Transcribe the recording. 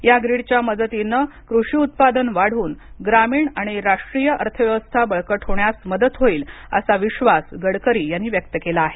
या ग्रीडच्या मदतीनं कृषी उत्पादन वाढून ग्रामीण आणि राष्ट्रीय अर्थव्यवस्था बळकट होण्यास मदत होईल असा विश्वास गडकरी यांनी व्यक्त केला आहे